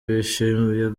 bishimiye